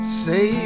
say